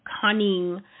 cunning